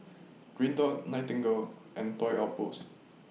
Green Dot Nightingale and Toy Outpost